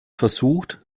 versucht